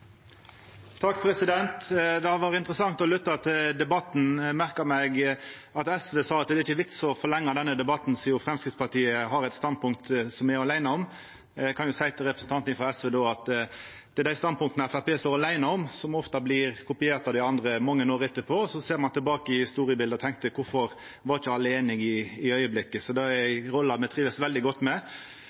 debatten. Eg merka meg at SV sa at det ikkje var nokon vits i å forlengja denne debatten sidan Framstegspartiet har eit standpunkt dei er åleine om. Eg kan då seia til representanten frå SV at det er dei standpunkta Framstegspartiet står åleine om, som ofte blir kopierte av dei andre mange år etterpå, og så ser ein tilbake i historiebildet og tenkjer: Kvifor var ikkje alle einige i augeblikket? Det er ei rolle me trivst veldig godt med.